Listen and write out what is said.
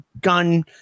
Gun